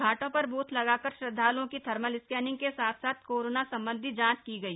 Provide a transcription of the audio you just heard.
घाटों पर भी ब्रथ लगाकर श्रद्वालूओं की थर्मल स्कैनिंग के साथ साथ कोरोना संबंधी जांच की गई